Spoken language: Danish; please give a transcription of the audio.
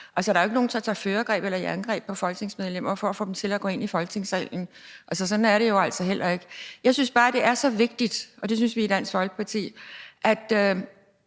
– der er jo ikke nogen, der tager førergreb på folketingsmedlemmer for at få dem til at gå ind i Folketingssalen. Sådan er det jo altså heller ikke. Jeg synes bare, og vi synes i Dansk Folkeparti, det